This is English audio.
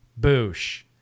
boosh